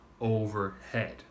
overhead